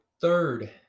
Third